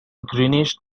greenish